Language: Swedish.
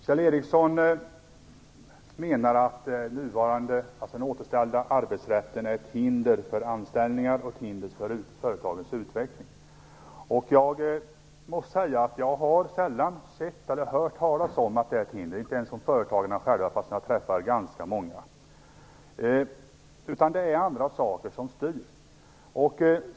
Fru talman! Kjell Ericsson menar att den återställda arbetsrätten är ett hinder för anställningar och för företagens utveckling. Jag måste säga att jag sällan har sett eller hört talas om att den är ett hinder - inte ens från företagarna själva, fast jag träffar ganska många. Det är andra saker som styr.